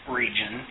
region